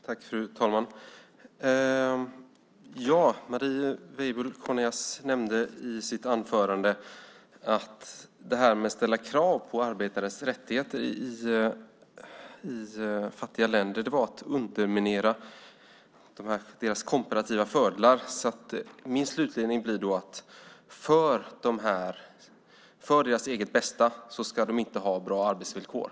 Fru talman! Marie Weibull Kornias nämnde i sitt anförande att detta med att ställa krav på arbetares rättigheter i fattiga länder var att underminera deras komparativa fördelar. Min slutledning blir att för deras eget bästa ska de helt enkelt inte ha bra arbetsvillkor.